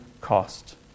cost